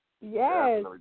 Yes